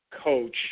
coach